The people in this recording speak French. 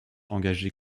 engagé